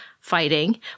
fighting